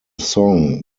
song